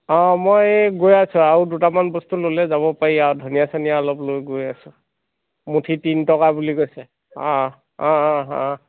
অ' মই এই গৈ আছোঁ আৰু দুটামান বস্তু ল'লেই যাব পাৰি আৰু ধনীয়া চনীয়া অলপ লৈ গৈ আছোঁ মুঠি তিনি টকা বুলি কৈছে অ' অ' অ' অ' অ'